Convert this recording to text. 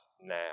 now